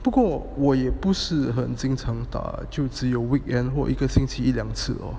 不过我也不是很经常打就只有 weekend 或一个星期一两次哦